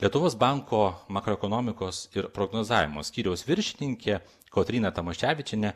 lietuvos banko makroekonomikos ir prognozavimo skyriaus viršininkė kotryna tamoševičienė